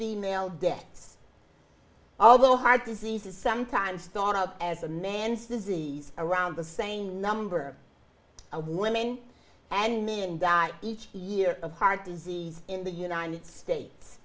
the male deaths although heart disease is sometimes thought of as a man's disease around the same number of women and men die each year of heart disease in the united states